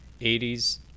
80s